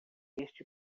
este